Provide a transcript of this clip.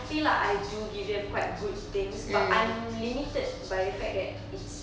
okay lah I do give them quite good things but I'm limited by the fact that it's